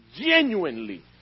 genuinely